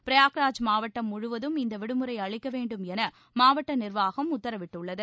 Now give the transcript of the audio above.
பிரயாக்ராஜ் மாவட்டம் முழுவதும் இந்த விடுமுறை அளிக்க வேண்டும் என மாவட்ட நிர்வாகம் உத்தரவிட்டுள்ளது